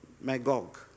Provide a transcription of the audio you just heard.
Magog